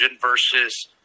versus